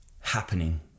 happening